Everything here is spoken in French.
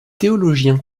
théologien